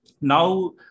now